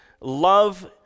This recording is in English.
love